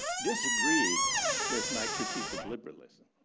disagreed with my critique of liberalism.